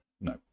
no